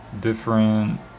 different